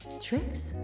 Tricks